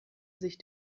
sich